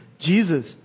Jesus